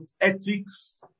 ethics